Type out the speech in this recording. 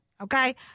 Okay